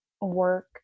work